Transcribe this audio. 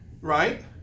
Right